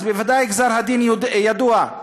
ודאי שגזר-הדין ידוע.